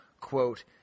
quote